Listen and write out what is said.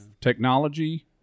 technology